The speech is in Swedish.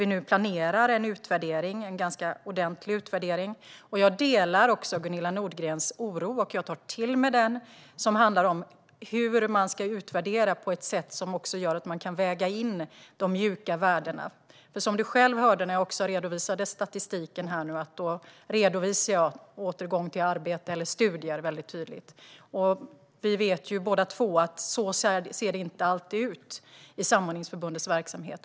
Vi planerar nu också en ganska ordentlig utvärdering. Jag delar Gunilla Nordgrens oro och tar till mig detta om hur man ska utvärdera på ett sätt som också gör att man kan väga in de mjuka värdena. När jag redovisade statistiken hörde du själv att jag redovisade återgång till arbete eller studier väldigt tydligt. Vi vet båda två att det inte alltid ser ut så i samordningsförbundens verksamhet.